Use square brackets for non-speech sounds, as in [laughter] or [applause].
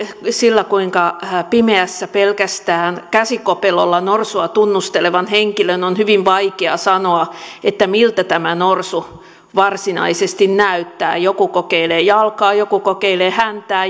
sillä kuinka pimeässä pelkästään käsikopelolla norsua tunnustelevan henkilön on hyvin vaikeaa sanoa miltä tämä norsu varsinaisesti näyttää joku kokeilee jalkaa joku kokeilee häntää [unintelligible]